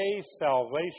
salvation